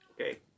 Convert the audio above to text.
Okay